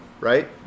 right